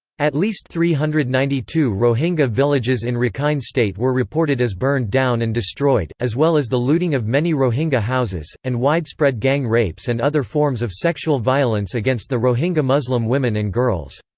at least three hundred and ninety two rohingya villages in rakhine state were reported as burned down and destroyed, as well as the looting of many rohingya houses, and widespread gang rapes and other forms of sexual violence against the rohingya muslim women and girls.